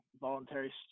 voluntary